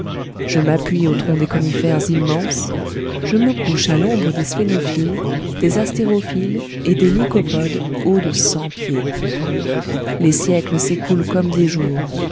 je m'appuie au tronc des conifères immenses je me couche à l'ombre des sphenophylles des asterophylles et des lycopodes hauts de cent pieds les siècles s'écoulent comme des jours